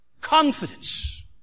Confidence